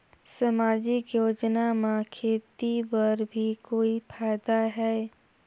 समाजिक योजना म खेती बर भी कोई फायदा है?